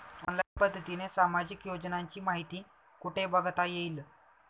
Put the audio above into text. Online पद्धतीने सामाजिक योजनांची माहिती कुठे बघता येईल?